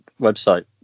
website